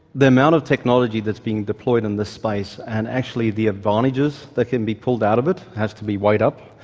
the amount of technology that's being deployed in this space and actually the advantages that can be pulled out of it has to be weighed up.